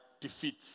defeat